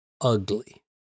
ugly